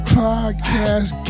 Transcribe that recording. podcast